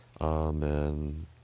Amen